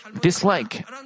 dislike